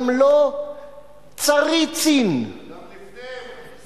גם לא "צריצין" --- גם לפני --- תוכל,